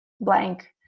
blank